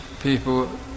people